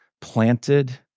planted